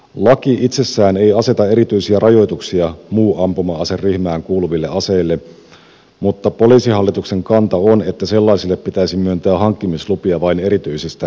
laki itsessään ei aseta erityisiä rajoituksia muu ampuma ase ryhmään kuuluville aseille mutta poliisihallituksen kanta on että sellaisille pitäisi myöntää hankkimislupia vain erityisistä syistä